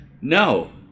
No